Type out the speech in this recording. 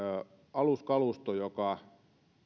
aluskalusto joka